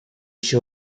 się